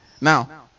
Now